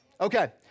Okay